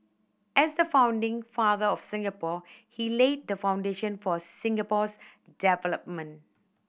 as the founding father of Singapore he laid the foundation for Singapore's development